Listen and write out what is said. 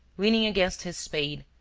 leaning against his spade,